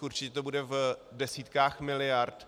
Určitě to bude v desítkách miliard.